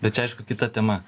bet čia aišku kita tema